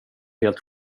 helt